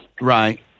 Right